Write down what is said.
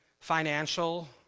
financial